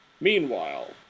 Meanwhile